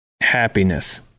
happiness